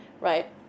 Right